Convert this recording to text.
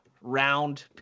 round